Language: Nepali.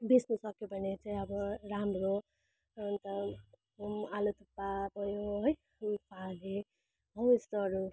बेच्नुसक्यो भने चाहिँ अब राम्रो अन्त आलु थुक्पा भयो है हो यस्तोहरू